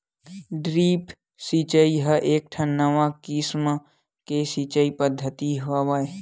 drip सिचई ह एकठन नवा किसम के सिचई पद्यति हवय